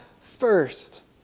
first